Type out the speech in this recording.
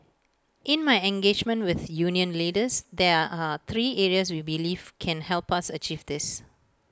in my engagement with union leaders there are three areas we believe can help us achieve this